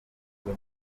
hano